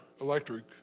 electric